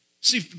See